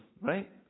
right